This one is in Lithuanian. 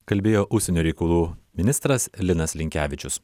kalbėjo užsienio reikalų ministras linas linkevičius